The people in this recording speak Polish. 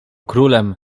królem